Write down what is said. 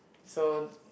so